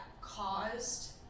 caused